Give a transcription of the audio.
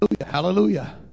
hallelujah